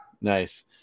Nice